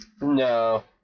No